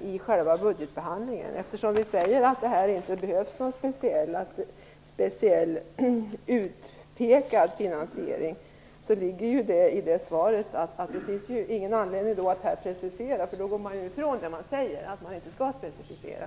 i själva budgetbehandlingen. Vi säger att finansieringen inte speciellt behöver pekas ut. Häri ligger svaret. Det finns ingen anledning att precisera här, för då går vi ifrån det vi säger om att man inte skall precisera.